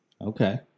Okay